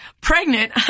Pregnant